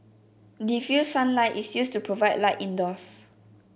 diffused sunlight is used to provide light indoors